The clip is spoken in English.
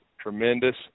tremendous